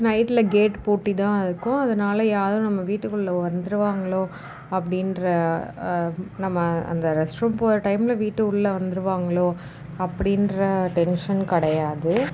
நைட்டில் கேட் பூட்டிதான் இருக்கும் அதனால் யாரும் நம்ம வீட்டுக்குள்ளே வந்துடுவாங்களோ அப்படின்ற நம்ம அந்த ரெஸ்ட் ரூம் போகிற டைமில் வீட்டு உள்ளே வந்துடுவாங்களோ அப்படின்ற டென்ஷன் கிடையாது